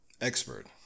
expert